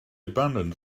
abandons